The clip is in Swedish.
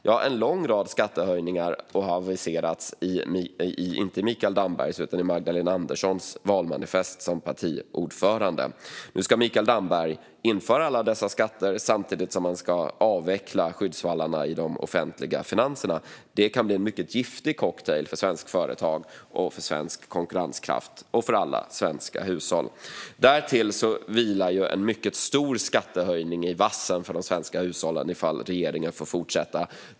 Ja, det är en lång rad skattehöjningar som har aviserats i partiordförande Magdalena Anderssons valmanifest. Mikael Damberg ska införa alla dessa skatter och samtidigt avveckla skyddsvallarna i de offentliga finanserna. Det kan bli en mycket giftig cocktail för svenska företag och svensk konkurrenskraft och för alla svenska hushåll. Därtill lurar en mycket stor skattehöjning i vassen för de svenska hushållen om regeringen får fortsätta.